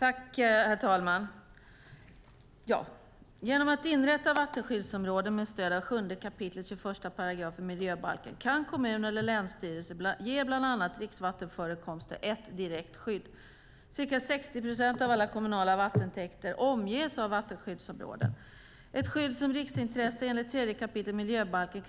Herr talman! Genom att inrätta vattenskyddsområden med stöd av 7 kap. 21 § miljöbalken kan kommun eller länsstyrelse ge bland annat dricksvattenförekomster ett direkt skydd. Ca 60 procent av alla kommunala vattentäkter omges av vattenskyddsområde. Ett skydd som riksintresse enligt 3 kap. miljöbalken